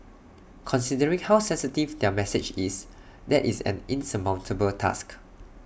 considering how sensitive their message is that is an insurmountable task